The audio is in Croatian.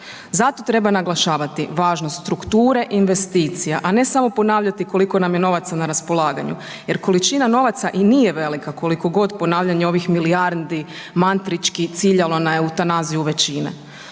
zato treba naglašavati važnost strukture investicija, a ne samo ponavljati koliko nam je novaca na raspolaganju jer količina novaca i nije velika koliko god ponavljanje onih milijardi mantrički ciljalo na eutanaziju većine.